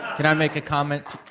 and um make a comment?